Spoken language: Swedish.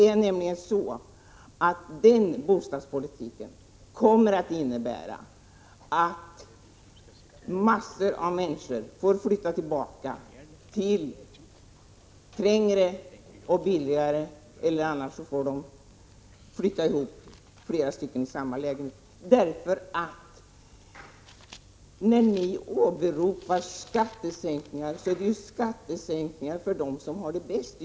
En moderat bostadspolitik skulle nämligen innebära att en mängd människor återigen måste bo trängre i mindre och billigare bostäder, eller också skulle fler människor tvingas bo i samma lägenhet. När ni åberopar skattesänkningar är det ju fråga om skattesänkningar för dem som har det bäst.